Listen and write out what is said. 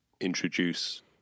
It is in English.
introduce